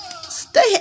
stay